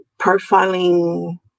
profiling